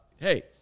Hey